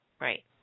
right